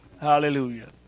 Hallelujah